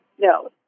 no